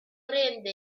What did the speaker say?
rende